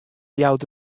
jout